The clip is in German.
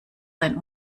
sein